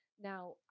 Now